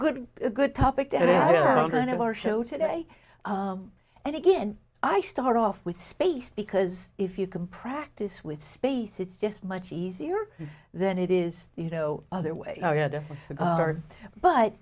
good a good topic that i don't kind of our show today and again i start off with space because if you can practice with space it's just much easier than it is you know other way